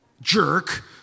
jerk